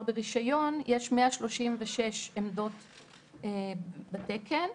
ברישיון יש 136 עמדות בתקן,